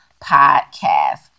podcast